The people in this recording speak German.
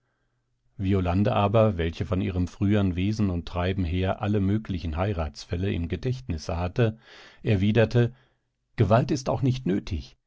violande aber welche von ihrem frühern wesen und treiben her alle möglichen heiratsfälle im gedächtnisse hatte erwiderte gewalt ist auch nicht nötig